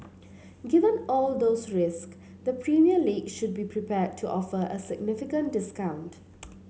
given all those risks the Premier League should be prepared to offer a significant discount